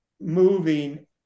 moving